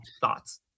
thoughts